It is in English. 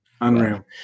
Unreal